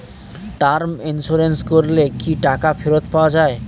Term insurance করলে কি টাকা ফেরত পাওয়া যায়?